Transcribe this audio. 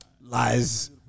Lies